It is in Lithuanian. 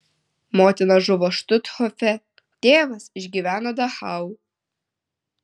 motina žuvo štuthofe tėvas išgyveno dachau